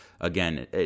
again